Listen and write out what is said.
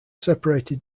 separated